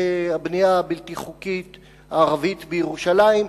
הבנייה הבלתי-חוקית הערבית בירושלים,